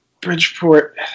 Bridgeport